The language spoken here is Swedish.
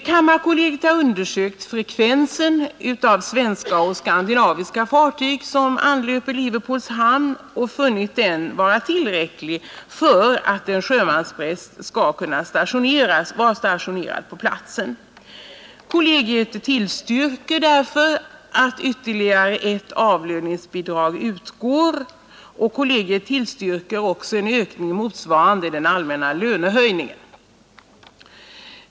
Kammarkollegiet har undersökt frekvensen av svenska och skandinaviska fartyg som anlöper Liverpools hamn och funnit den tillräcklig för att en sjömanspräst skall kunna vara stationerad på platsen. Kollegiet tillstyrker därför att ytterligare ett avlöningsbidrag utgår. Kollegiet tillstyrker också en ökning motsvarande den allmänna lönehöjningen.